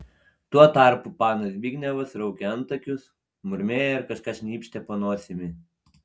tuo tarpu panas zbignevas raukė antakius murmėjo ir kažką šnypštė po nosimi